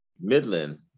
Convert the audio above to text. midland